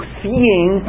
seeing